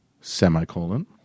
semicolon